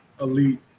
elite